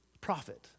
profit